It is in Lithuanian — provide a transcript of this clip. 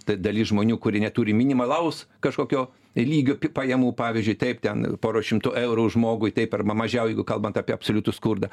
tai dalis žmonių kurie neturi minimalaus kažkokio lygio pi pajamų pavyzdžiui taip ten pora šimtų eurų žmogui taip arba mažiau jeigu kalbant apie absoliutų skurdą